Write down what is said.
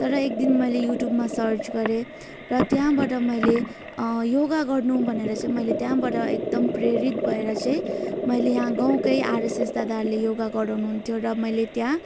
तर एक दिन मैले युट्युबमा सर्च गरेँ र त्यहाँबाट मैले योगा गर्नु भनेर चाहिँ मैले त्यहाँबाट एकदम प्रेरित भएर चाहिँ मैले यहाँ गाउँकै आरएसएस दादाहरूले योगा गराउनु हुन्थ्यो र मैले त्यहाँ